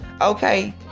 okay